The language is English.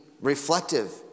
reflective